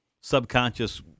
subconscious